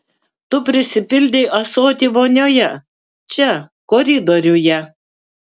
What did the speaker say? tu prisipildei ąsotį vonioje čia koridoriuje